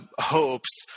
hopes